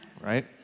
right